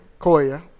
Koya